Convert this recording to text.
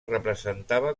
representava